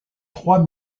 trois